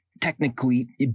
technically